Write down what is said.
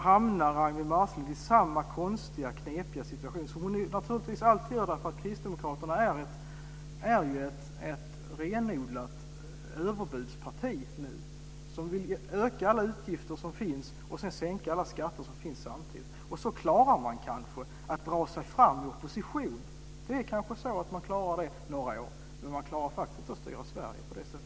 Ragnwi Marcelind hamnar i samma knepiga situation som alltid eftersom Kristdemokraterna är ett renodlat överbudsparti som vill öka alla utgifter som finns och samtidigt sänka alla skatter som finns. Så kanske man kan dra sig fram i opposition i några år, men man klarar faktiskt inte att styra Sverige på det sättet.